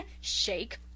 shake